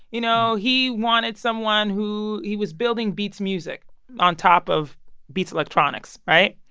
you know, he wanted someone who he was building beats music on top of beats electronics, right?